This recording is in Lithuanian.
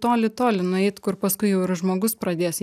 toli toli nueit kur paskui jau ir žmogus pradės